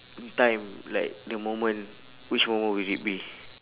in time like the moment which moment would it be